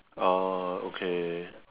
ah okay